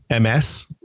MS